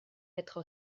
être